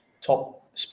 top